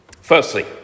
firstly